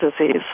disease